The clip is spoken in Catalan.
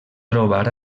trobar